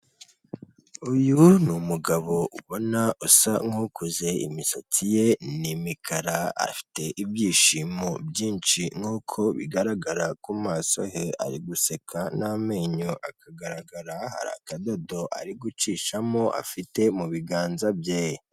Uyu ni umugabo ubona usa nkukuze imisatsi ye n'imikara afite ibyishimo byinshi nkuko bigaragara ku maso he, ari guseka n'amenyo akagaragara hari akadodo ari gucishamo afite mu biganza bye.